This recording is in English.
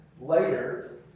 later